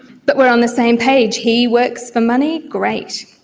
but we are on the same page he works for money, great,